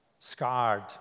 scarred